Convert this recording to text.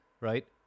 right